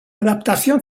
adaptación